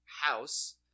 house